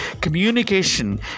communication